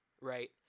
right